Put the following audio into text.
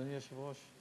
אדוני היושב-ראש,